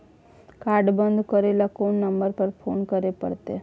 Card बन्द करे ल कोन नंबर पर फोन करे परतै?